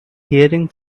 hearing